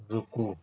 رکو